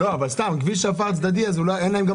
מה